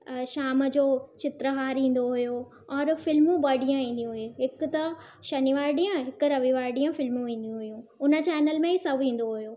शाम जो चित्रहार ईंदो हुयो और फ़िल्मूं ॿ ॾींहं ईंदी हुई हिकु त शनिवार ॾींहुं हिकु रविवार ॾींहुं फ़िल्मूं ईंदियूं हुयूं उन चैनल में ई सभु ईंदो हुयो